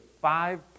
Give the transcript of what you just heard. five